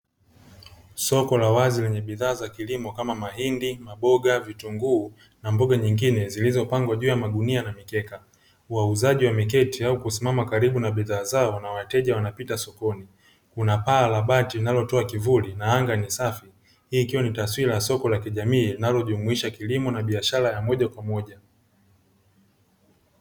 Soko la wazi lenye bidhaa za kilimo kama mahindi, maboga, vitunguu na mboga nyingine zilizopangwa juu ya magunia na mikeka. Wauzaji wameketi au kusimama karibu na bidhaa zao na wateja wanapitaa sokoni. Kuna paa la bati linalotoa kivuli na anga ni safi, hii ikiwa ni taswira ya soko la kijamii linalojumuisha kilimo na biashara ya moja kwa moja.